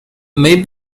may